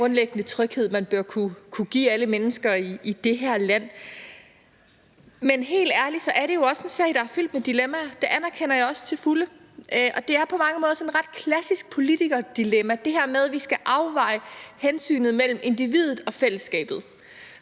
Det er en grundlæggende tryghed, man bør kunne give alle mennesker i det her land. Men helt ærligt er det jo også en sag, der er fyldt med dilemmaer – det anerkender jeg til fulde. Det er på mange måder sådan et ret klassisk politikerdilemma, altså det her med, at vi skal afveje hensynet mellem individet og fællesskabet.